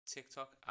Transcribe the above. TikTok